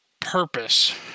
purpose